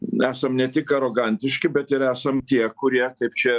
nesam ne tik arogantiški bet ir esam tie kurie kaip čia